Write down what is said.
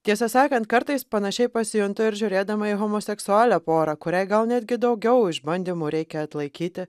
tiesą sakant kartais panašiai pasijuntu ir žiūrėdama į homoseksualią porą kuriai gal netgi daugiau išbandymų reikia atlaikyti